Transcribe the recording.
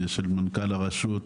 של מנכ"ל הרשות,